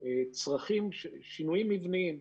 שינויים מבניים.